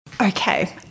Okay